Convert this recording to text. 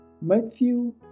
Matthew